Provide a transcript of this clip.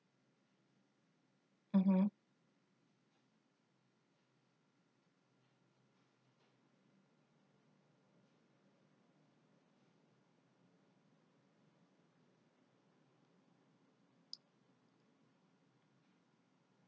mmhmm